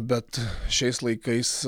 bet šiais laikais